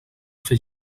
fer